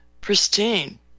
pristine